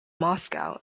moscow